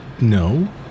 No